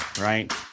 right